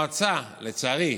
לצערי,